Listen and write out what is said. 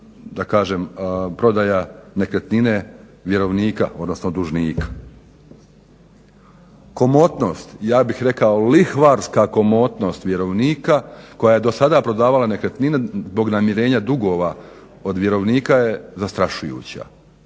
da kažem prodaja nekretnine vjerovnika, odnosno dužnika. Komotnost, ja bih rekao lihvarska komotnost vjerovnika koja je dosada prodavala nekretnine zbog namirenja dugova od vjerovnika je zastrašujuća